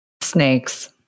Snakes